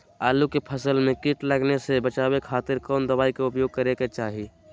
आलू के फसल में कीट लगने से बचावे खातिर कौन दवाई के उपयोग करे के चाही?